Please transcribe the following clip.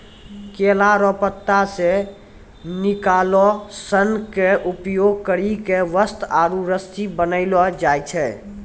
केला रो पत्ता से निकालो सन के उपयोग करी के वस्त्र आरु रस्सी बनैलो जाय छै